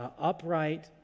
upright